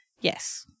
Yes